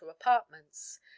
apartments